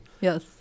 Yes